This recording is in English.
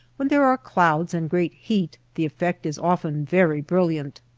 when there are clouds and great heat the effect is often very brilliant.